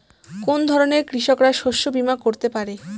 কোন ধরনের কৃষকরা শস্য বীমা করতে পারে?